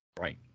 Right